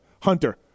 Hunter